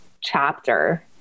chapter